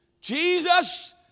Jesus